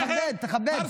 אבל תכבד, תכבד.